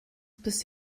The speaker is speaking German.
bis